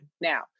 Now